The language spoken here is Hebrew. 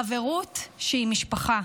חברות שהיא משפחה.